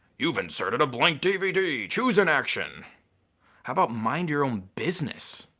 you've inserted a blank dvd. choose an action. how about mind your own business?